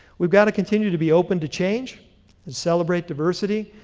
we've got to continue to be open to change and celebrate diversity,